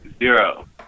Zero